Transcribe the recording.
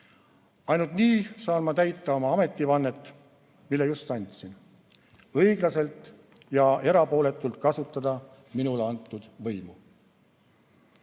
Ainult nii saan ma täita oma ametivannet, mille just andsin: õiglaselt ja erapooletult kasutada minule antud võimu.